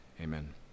amen